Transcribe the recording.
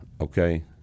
okay